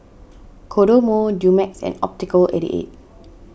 Kodomo Dumex and Optical eighty eight